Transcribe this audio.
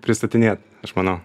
pristatinėt aš manau